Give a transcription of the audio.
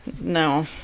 No